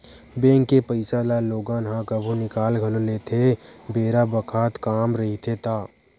bank के पइसा ल लोगन ह कभु निकाल घलो लेथे बेरा बखत काम रहिथे ता